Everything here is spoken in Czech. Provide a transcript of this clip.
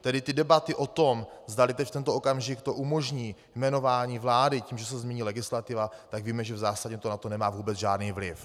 Tedy ty debaty o tom, zdali teď v tento okamžik to umožní jmenování vlády tím, že se změní legislativa, tak víme, že v zásadě to nemá na to vůbec žádný vliv.